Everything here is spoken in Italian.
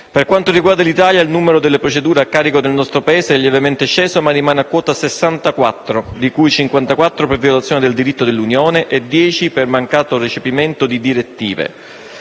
Per quanto riguarda l'Italia, il numero delle procedure a carico del nostro Paese è lievemente sceso ma rimane a quota 64, di cui 54 per violazione del diritto dell'Unione e 10 per mancato recepimento di direttive.